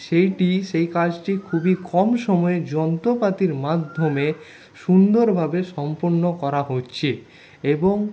সেইটি সেই কাজটি খুবই কম সময়ে যন্ত্রপাতির মাধ্যমে সুন্দরভাবে সম্পন্ন করা হচ্ছে এবং